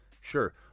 sure